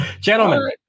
Gentlemen